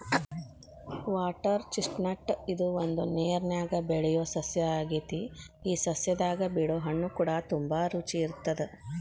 water chestnut ಇದು ಒಂದು ನೇರನ್ಯಾಗ ಬೆಳಿಯೊ ಸಸ್ಯ ಆಗೆತಿ ಈ ಸಸ್ಯದಾಗ ಬಿಡೊ ಹಣ್ಣುಕೂಡ ತುಂಬಾ ರುಚಿ ಇರತ್ತದ